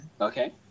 Okay